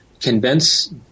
convince